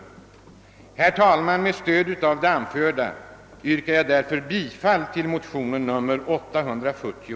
Herr talman! Med stöd av det anförda yrkar jag därför bifall till motion II: 340.